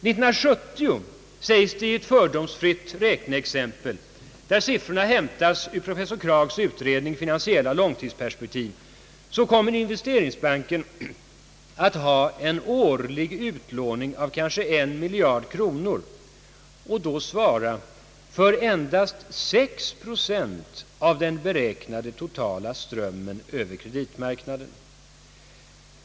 Det framhålles i ett fördomsfritt räkneexempel, där siffrorna hämtats från professor Kraghs utredning Finansiella långtidsperspektiv, att investeringsbanken år 1970 kommer att ha en årlig utlåning av kanske en miljard kronor och då svara för endast 6 procent av den beräknade totala strömmen över kreditmarknaden.